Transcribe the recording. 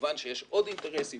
כמובן שיש עוד אינטרסים,